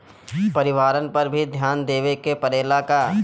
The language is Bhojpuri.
परिवारन पर भी ध्यान देवे के परेला का?